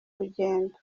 rugendo